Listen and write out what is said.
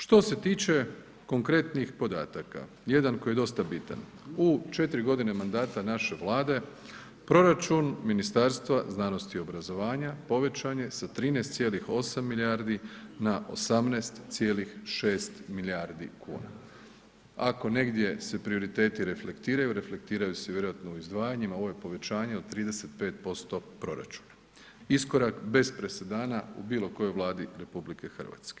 Što se tiče konkretnih podataka, jedan koji je dosta bitan, u 4.g. mandata naše Vlade proračun Ministarstva znanosti i obrazovanja povećan je sa 13,8 milijardi na 18,6 milijardi kuna, ako se negdje prioriteti reflektiraju, reflektiraju se vjerojatno u izdvajanjima, ovo je povećanje od 35% proračuna, iskorak bez presedana u bilo kojoj Vladi RH.